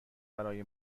برای